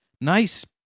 nice